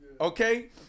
Okay